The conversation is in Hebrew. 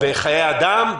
בחיי אדם,